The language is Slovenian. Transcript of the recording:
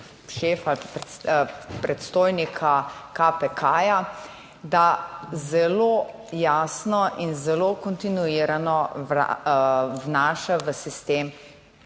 šefa, predstojnika KPK, da zelo jasno in zelo kontinuirano vnaša v sistem